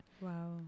Wow